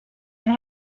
and